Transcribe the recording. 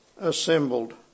assembled